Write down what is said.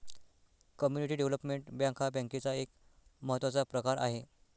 community development bank हा बँकेचा एक महत्त्वाचा प्रकार आहे